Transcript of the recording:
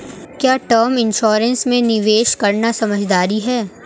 क्या term insurance में निवेश करना समझदारी है?